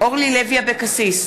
אורלי לוי אבקסיס,